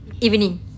evening